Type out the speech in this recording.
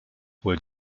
were